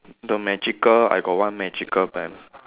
the magical I got one magical band